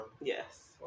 Yes